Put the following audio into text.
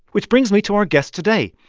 which brings me to our guest today,